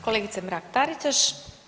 Kolegice Mrak-Taritaš.